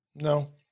no